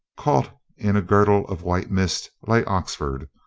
caught in a girdle of white mist, lay oxford,